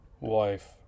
wife